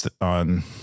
on